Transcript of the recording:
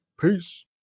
Peace